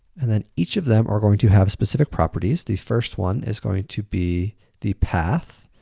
and then, each of them are going to have specific properties. the first one is going to be the path.